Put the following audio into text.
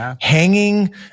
hanging